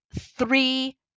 three